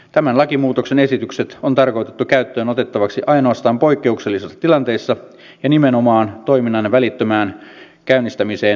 tämän lakimuutoksen esitykset on tarkoitettu käyttöön otettaviksi ainoastaan poikkeuksellisissa tilanteissa ja nimenomaan toiminnan välittömään käynnistämiseen